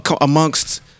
Amongst